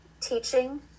teaching